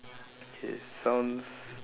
K sounds